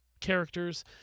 characters